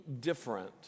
different